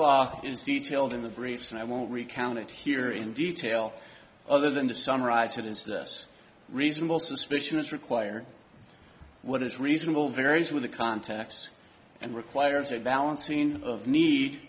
law is detailed in the briefs and i won't recount it here in detail other than to summarize it is this reasonable suspicion is required what is reasonable varies with the context and requires a balancing of need